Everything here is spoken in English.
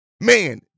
Man